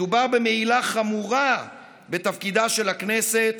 מדובר במעילה חמורה בתפקידה של הכנסת